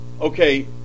Okay